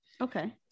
Okay